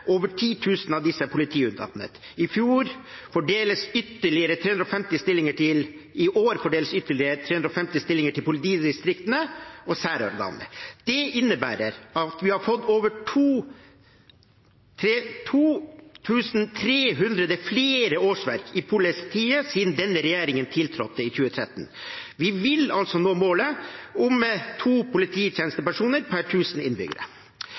over 10 000 av disse er politiutdannet. I år fordeles ytterligere 350 stillinger til politidistriktene og særorganene. Det innebærer at vi har fått over 2 300 flere årsverk i politiet siden denne regjeringen tiltrådte i 2013. Vi vil altså nå målet om to polititjenestepersoner per 1 000 innbyggere.